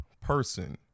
person